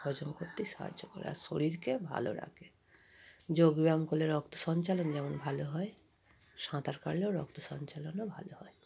হজম করতে সাহায্য করে আর শরীরকে ভালো রাখে যোগবায়াম করলে রক্ত সঞ্চালন যেমন ভালো হয় সাঁতার কাটলেও রক্ত সঞ্চালনও ভালো হয়